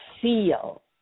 feel